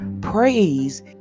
praise